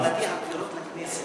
כוונתי לבחירות לכנסת.